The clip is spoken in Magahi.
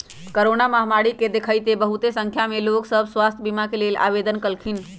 कोरोना महामारी के देखइते बहुते संख्या में लोग सभ स्वास्थ्य बीमा के लेल आवेदन कलखिन्ह